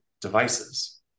devices